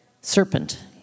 Serpent